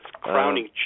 crowning